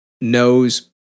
knows